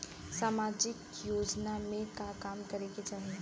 सामाजिक योजना में का काम करे के चाही?